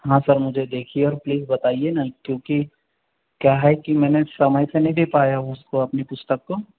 हाँ सर मुझे देखिए और प्लीज़ बताइए ना क्योंकि क्या है कि मैंने समय से नहीं दे पाया हूं उसको अपनी पुस्तक को